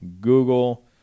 Google